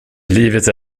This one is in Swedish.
livet